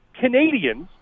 Canadians